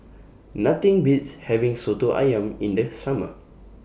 Nothing Beats having Soto Ayam in This Summer